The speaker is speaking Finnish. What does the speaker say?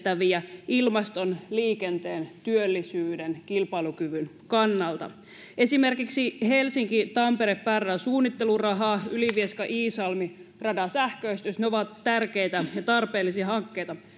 erityisen kiitettäviä ilmaston liikenteen työllisyyden kilpailukyvyn kannalta esimerkiksi helsinki tampere pääradan suunnitteluraha ja ylivieska iisalmi radan sähköistys ovat tärkeitä ja tarpeellisia hankkeita